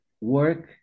work